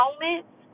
moments